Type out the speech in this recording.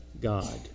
God